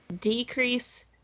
decrease